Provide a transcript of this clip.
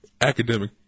Academic